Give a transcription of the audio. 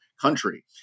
country